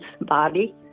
body